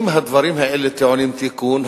אם הדברים האלה טעונים תיקון,